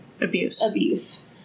Abuse